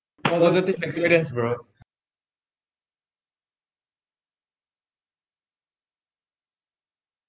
positive experience bro